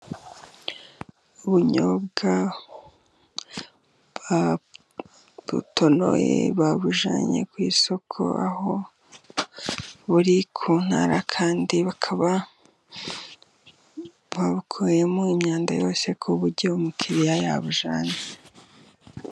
Ubunyobwa babutonoye babujyanye ku isoko aho buri ku ntara, kandi bakaba babukuyemo imyanda yose ku buryo umukiriya yabujyana.